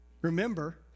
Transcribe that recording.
remember